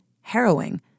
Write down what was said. harrowing